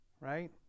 Right